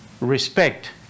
respect